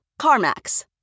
CarMax